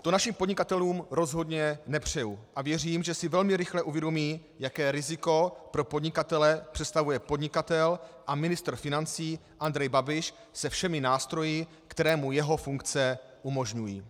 To našim podnikatelům rozhodně nepřeju a věřím, že si velmi rychle uvědomí, jaké riziko pro podnikatele představuje podnikatel a ministr financí Andrej Babiš se všemi nástroji, které mu jeho funkce umožňují.